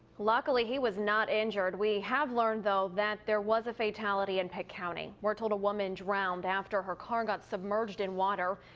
luckily he was not injured. we have learned that there was a fatality in pitt county. we're told a woman drowned after her car got submerged in water.